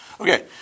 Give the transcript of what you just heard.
Okay